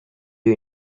you